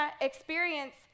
experience